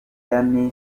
ryan